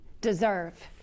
deserve